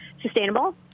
sustainable